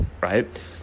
right